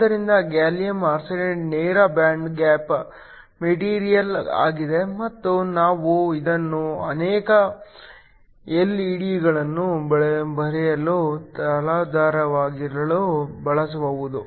ಆದ್ದರಿಂದ gallium arsenide ನೇರ band gap material ಆಗಿದೆ ಮತ್ತು ನಾವು ಇದನ್ನು ಅನೇಕ ಎಲ್ಇಡಿಗಳನ್ನು ಬೆಳೆಯಲು ತಲಾಧಾರವಾಗಿಯೂ ಬಳಸಬಹುದು